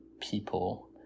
people